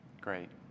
great